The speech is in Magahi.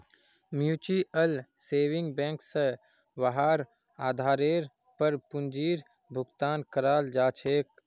म्युचुअल सेविंग बैंक स वहार आधारेर पर पूंजीर भुगतान कराल जा छेक